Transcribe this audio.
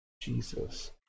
Jesus